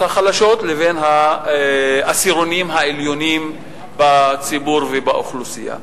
החלשות לבין העשירונים העליונים בציבור ובאוכלוסייה.